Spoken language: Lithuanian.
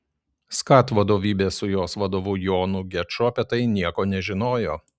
skat vadovybė su jos vadu jonu geču apie tai nieko nežinojo